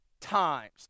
times